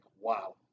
Wow